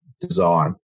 design